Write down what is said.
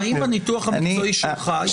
האם בניתוח המקצועי שלך יש עילה חלופית?